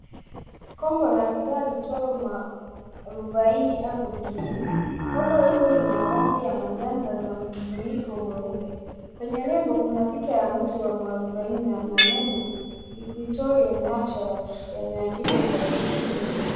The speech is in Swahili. Kombo la bidhaa liitwalo Muarubaini Hebal Drink. Kombo hilo lina rangi ya manjano na lina mfuniko mweupe. Kwenye nembo kuna picha ya mti ya mwarubaini na maneno equitorial naturals yameandikwa kwa herufi ndogo.